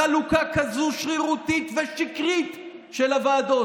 חלוקה כזו שרירותית ושקרית של הוועדות.